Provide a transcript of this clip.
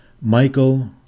Michael